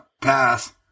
pass